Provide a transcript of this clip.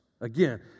Again